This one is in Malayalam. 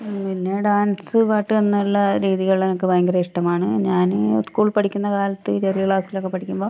പിന്നെ ഡാൻസ് പാട്ട് എന്നുള്ള രീതികൾ എനിക്ക് ഭയങ്കര ഇഷ്ടമാണ് ഞാൻ സ്കൂളിൽ പഠിക്കുന്ന കാലത്ത് ചെറിയ ക്ലാസ്സിലൊക്കെ പഠിക്കുമ്പോൾ